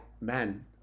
man